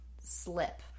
slip